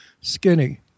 skinny